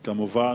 כמובן,